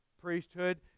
priesthood